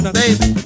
baby